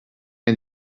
and